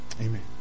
Amen